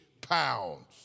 pounds